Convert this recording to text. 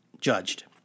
judged